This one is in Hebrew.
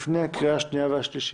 לפני הקריאה השנייה והשלישית.